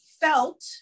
felt